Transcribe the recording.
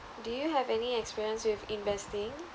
do you have any experience with investing